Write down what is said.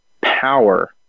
power